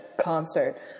concert